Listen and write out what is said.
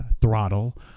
Throttle